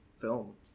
film